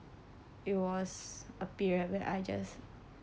it was a period where I just